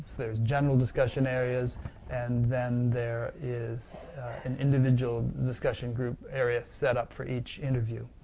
there are general discussion areas and then there is an individual discussion group area set up for each interview,